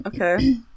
Okay